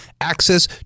access